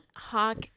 hawk